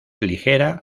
ligera